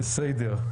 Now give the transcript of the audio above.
בסדר.